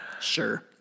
Sure